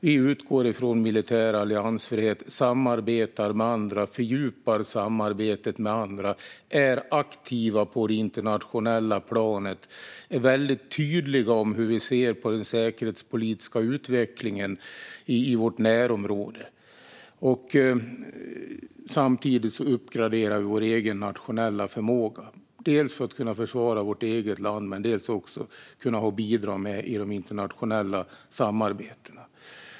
Vi utgår från militär alliansfrihet, samarbetar med andra, fördjupar samarbetet med andra, är aktiva på det internationella planet och är väldigt tydliga med hur vi ser på den säkerhetspolitiska utvecklingen i vårt närområde. Samtidigt uppgraderar vi vår nationella förmåga, dels för att kunna försvara vårt land, dels för att kunna bidra i internationella samarbeten.